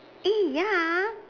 eh ya